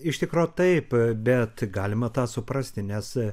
iš tikro taip bet galima tą suprasti nes